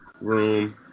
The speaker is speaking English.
room